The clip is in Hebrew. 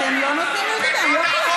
בפעם השלישית תלמדי את העבודה